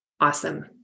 awesome